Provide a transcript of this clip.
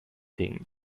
ding